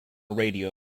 radio